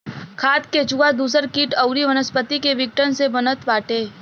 खाद केचुआ दूसर किट अउरी वनस्पति के विघटन से बनत बाटे